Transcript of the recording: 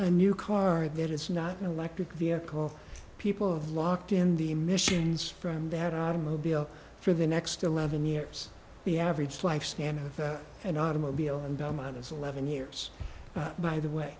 a new car that it's not an electric vehicle people of locked in the emissions from that automobile for the next eleven years the average lifespan of an automobile in belmont is eleven years by the way